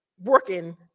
working